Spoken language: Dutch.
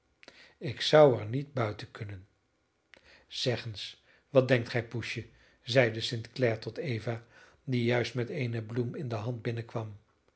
ik zou er niet buiten kunnen zeg eens wat denkt gij poesje zeide st clare tot eva die juist met eene bloem in de hand binnenkwam